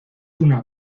una